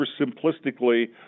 oversimplistically